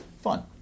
Fun